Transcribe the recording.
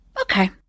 Okay